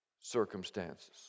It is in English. circumstances